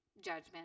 judgment